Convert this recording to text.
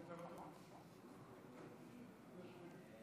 תודה, אדוני היושב-ראש.